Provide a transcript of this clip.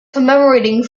commemorating